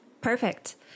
Perfect